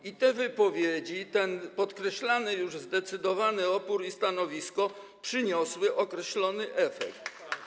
I te wypowiedzi, te podkreślane już zdecydowane opór i stanowisko przyniosły określony efekt.